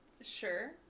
sure